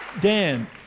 Dan